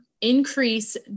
increase